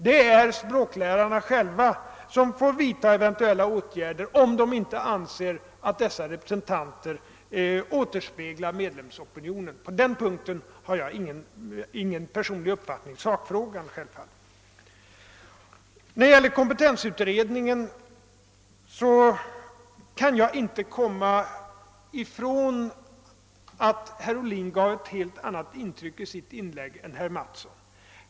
Det är språklärarna själva som får vidta eventuella åtgärder, om de anser att deras representanter inte återspeglar medlemsopinionen. På den punkten har jag självfallet ingen personlig uppfattning i sakfrågan. När det sedan gäller kompetensutredningen kan jag inte komma ifrån att herr Ohlins inlägg gav ett helt annat intryck än herr Mattssons anförande.